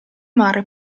mare